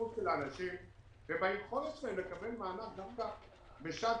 בזכות של אנשים וביכולתם לקבל מענק גם בשעת